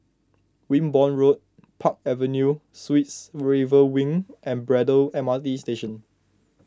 Wimborne Road Park Avenue Suites River Wing and Braddell M R T Station